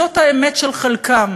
זאת האמת של חלקם